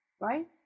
right